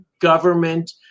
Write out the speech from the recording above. government